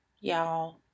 Y'all